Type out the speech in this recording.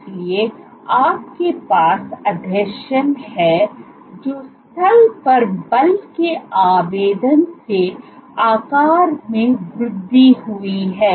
इसलिए आपके पास आसंजन है जो स्थल पर बल के आवेदन से आकार में वृद्धि हुई है